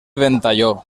ventalló